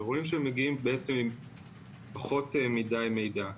ורואים שהם מגיעים עם פחות מדי מידע.